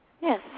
Yes